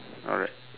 alright